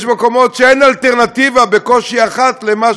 יש מקומות שאין אלטרנטיבה, בקושי אחת, למה